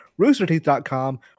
roosterteeth.com